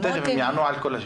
כן, תיכף הם יענו על כל השאלות.